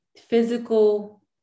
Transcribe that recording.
physical